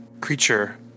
creature